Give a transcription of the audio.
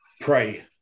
Pray